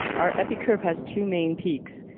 our epi curve has two main peaks.